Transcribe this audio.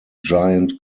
giant